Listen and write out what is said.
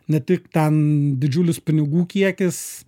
ne tik ten didžiulis pinigų kiekis